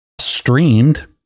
streamed